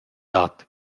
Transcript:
dat